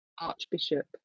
archbishop